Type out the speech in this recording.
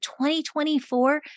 2024